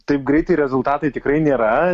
taip greitai rezultatai tikrai nėra